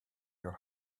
your